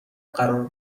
قرار